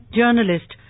journalist